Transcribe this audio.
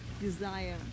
desire